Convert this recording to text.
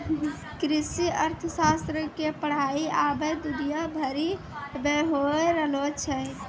कृषि अर्थशास्त्र के पढ़ाई अबै दुनिया भरि मे होय रहलो छै